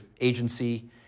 agency